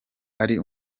ari